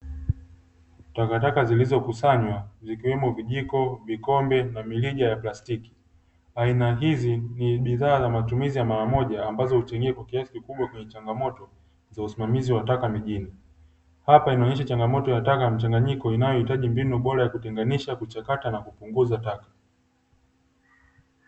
Takataka zilizokusanywa ikiwepo vijiko, vikombe na mirija ya plastiki, aina hizi ni bidhaa za matumizi ya mara moja ambazo huchangia kwa kiasi kikubwa kwenye changamoto za usimamizi wa taka mijini, hapa inaonyesha changamoto ya taka mchanganyiko inayohitaji mbinu bora ya kutenganisha kuchakata na kupunguza taka.